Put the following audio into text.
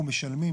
אנחנו משלמים,